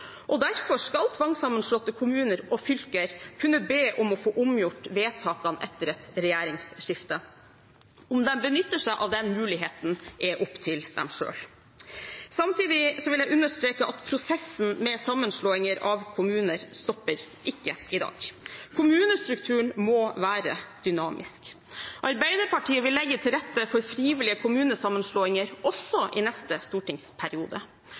regjering. Derfor skal tvangssammenslåtte kommuner og fylker kunne be om å få omgjort vedtakene etter et regjeringsskifte. Om de benytter seg av den muligheten, er opp til dem selv. Samtidig vil jeg understreke at prosessen med sammenslåinger av kommuner stopper ikke i dag. Kommunestrukturen må være dynamisk. Arbeiderpartiet vil legge til rette for frivillige kommunesammenslåinger også i neste stortingsperiode.